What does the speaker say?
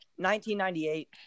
1998